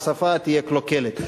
השפה תהיה קלוקלת.